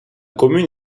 commune